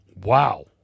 Wow